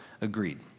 agreed